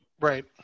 Right